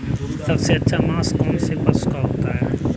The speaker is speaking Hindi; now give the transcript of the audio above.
सबसे अच्छा मांस कौनसे पशु का होता है?